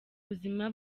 buzima